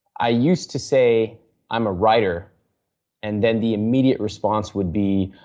i used to say i am a writer and then the immediate response would be,